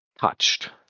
touched